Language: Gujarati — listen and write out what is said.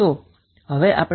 તો તેનો અર્થ શું થાય